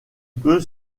peut